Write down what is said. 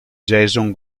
jason